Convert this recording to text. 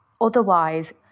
otherwise